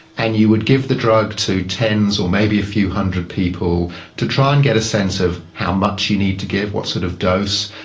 and you would give the drug to tens or maybe a few hundred people to try and get a sense of how much you need to give, what sort of dose.